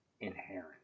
inherent